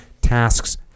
tasks